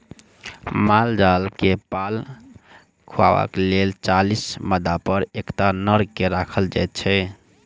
माल जाल के पाल खुअयबाक लेल चालीस मादापर एकटा नर के राखल जाइत छै